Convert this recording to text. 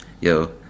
yo